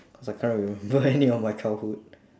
cause I can't remember any of my childhood